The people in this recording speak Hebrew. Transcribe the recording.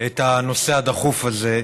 את הנושא הדחוף הזה.